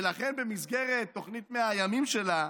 ולכן במסגרת תוכנית 100 הימים שלה,